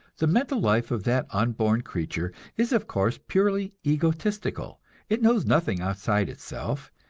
the mental life of that unborn creature is of course purely egotistical it knows nothing outside itself,